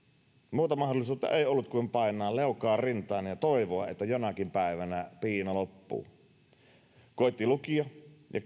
muuta mahdollisuutta ei ollut kuin painaa leukaa rintaan ja ja toivoa että jonakin päivänä piina loppuu koitti lukio ja